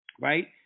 Right